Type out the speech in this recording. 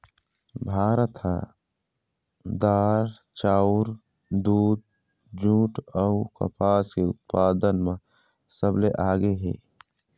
भारत ह दार, चाउर, दूद, जूट अऊ कपास के उत्पादन म सबले आगे हे